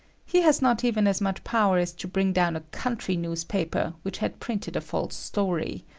he has not even as much power as to bring down a country newspaper, which had printed a false story.